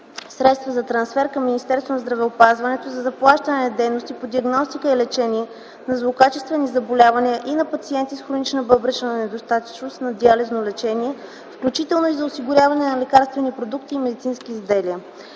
средства за трансфер към Министерството на здравеопазването за заплащане на дейности по диагностика и лечение на злокачествени заболявания и на пациенти с хронична бъбречна недостатъчност на диализно лечение, включително и за осигуряване на лекарствени продукти и медицински изделия.